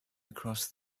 across